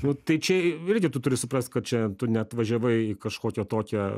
nu tai čia irgi tu turi suprast kad čia tu neatvažiavai į kažkokią tokią